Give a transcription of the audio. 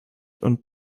und